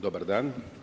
Dobar dan.